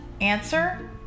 Answer